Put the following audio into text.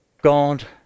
God